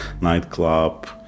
nightclub